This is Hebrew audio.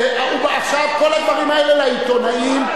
עכשיו, כל הדברים האלה, לעיתונאים.